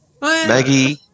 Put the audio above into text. Maggie